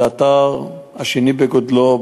זה האתר השני בגודלו,